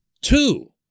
Two